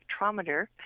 spectrometer